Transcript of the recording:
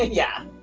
yeah